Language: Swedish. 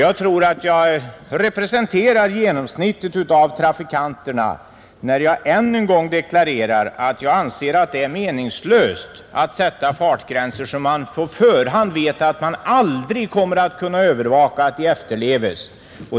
Jag tror dock jag representerar genomsnittet av trafikanterna när jag än en gång deklarerar att jag anser det meningslöst att sätta fartgränser som man på förhand vet att man aldrig kommer att kunna övervaka att de efterlevs.